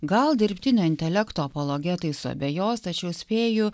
gal dirbtinio intelekto apologetai suabejos tačiau spėju